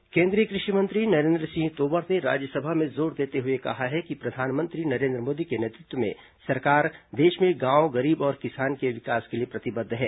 तोमर किसान केंद्रीय कृषि मंत्री नरेंद्र सिंह तोमर ने राज्यसभा में जोर देते हुए कहा है कि प्रधानमंत्री नरेंद्र मोदी के नेतृत्व में सरकार देश में गांव गरीब और किसान के विकास के लिए प्रतिबद्ध है